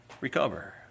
recover